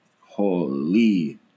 holy